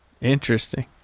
Interesting